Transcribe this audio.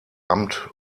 amt